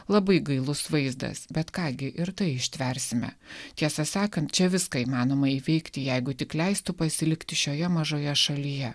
labai gailus vaizdas bet ką gi ir tai ištversime tiesą sakant čia viską įmanoma įveikti jeigu tik leistų pasilikti šioje mažoje šalyje